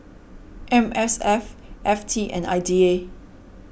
M S F F T and I D A